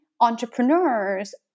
entrepreneurs